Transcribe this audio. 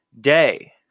day